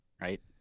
right